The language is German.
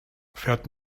fährt